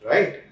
Right